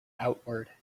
outward